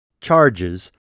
charges